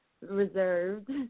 reserved